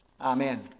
Amen